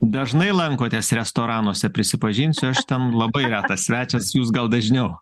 dažnai lankotės restoranuose prisipažinsiu aš ten labai retas svečias jūs gal dažniau